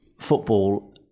football